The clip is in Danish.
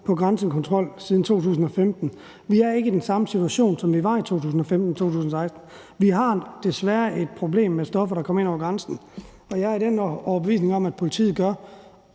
på grænsekontrol siden 2015. Vi er ikke i den samme situation, som vi var i 2015 og 2016. Vi har desværre et problem med stoffer, der kommer ind over grænsen, og jeg er af den overbevisning, at politiet gør